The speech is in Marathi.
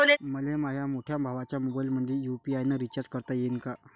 मले माह्या मोठ्या भावाच्या मोबाईलमंदी यू.पी.आय न रिचार्ज करता येईन का?